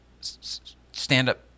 stand-up